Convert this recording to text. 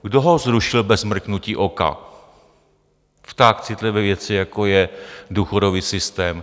Kdo ho zrušil bez mrknutí oka v tak citlivé věci, jako je důchodový systém?